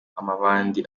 amabandi